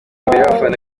y’abafana